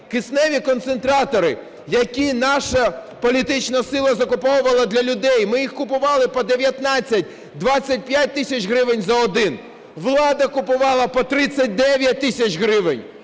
Кисневі концентратори, які наша політична сила закуповувала для людей, ми їх купували по 19-25 тисяч гривень за один - влада купувала по 39 тисяч гривень.